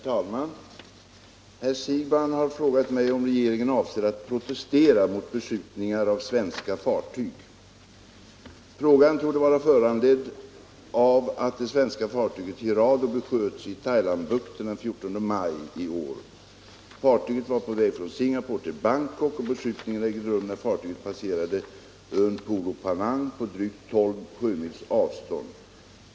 Herr talman! Herr Siegbahn har frågat mig om regeringen avser att protestera mot beskjutningar av svenska fartyg. Frågan torde vara föranledd av att det svenska fartyget Hirado besköts i Thailandbukten den 14 maj i år. Fartyget var på väg från Singapore till Bangkok, och beskjutningen ägde rum när fartyget passerade ön Poulo Panang på drygt tolv sjömils avstånd.